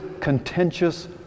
contentious